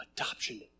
adoption